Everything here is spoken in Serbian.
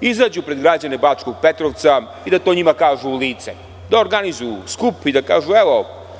izađu pred građane Bačkog Petrovca i da to njima kažu u lice. Da organizuju skup i da kažu – evo,